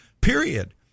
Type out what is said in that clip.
period